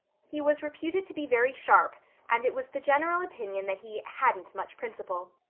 he was reputed to be very sharp and it was the general opinion that he hadn't much principle.